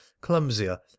clumsier